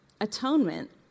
Atonement